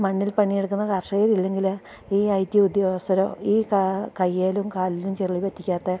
മണ്ണിൽ പണിയെടുക്കുന്ന കർഷകരില്ലെങ്കില് ഈ ഐ ടി ഉദ്യോഗസ്ഥരോ ഈ കയ്യിലും കാലിലും ചെളി പറ്റിക്കാത്ത